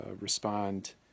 respond